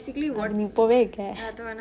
அது நீ இப்பொவெ இருக்க:athu nee ippove irukke